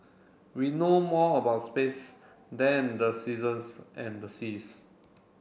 we know more about space than the seasons and the seas